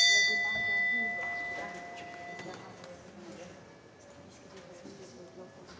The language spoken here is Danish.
Tak